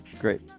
Great